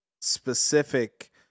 specific